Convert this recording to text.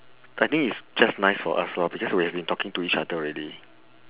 I think it's just nice for us lor because we have been talking to each other already